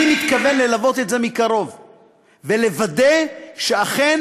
אני מתכוון ללוות את זה מקרוב ולוודא שאכן